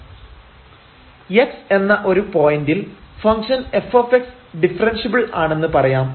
x എന്ന ഒരു പോയന്റിൽ ഫംഗ്ഷൻ f ഡിഫെറെൻഷ്യബിൾ ആണെന്ന് പറയാം